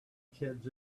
kids